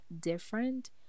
different